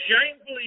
shamefully